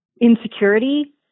insecurity